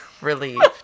relieved